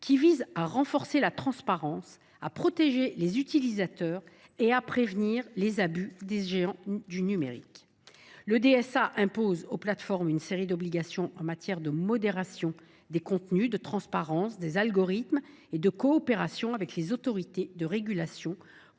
visent à renforcer la transparence, à protéger les utilisateurs et à prévenir les abus des géants du numérique. Le DSA impose aux plateformes une série d’obligations en matière de modération des contenus, de transparence des algorithmes et de coopération avec les autorités de régulation,